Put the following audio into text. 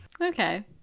Okay